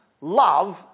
love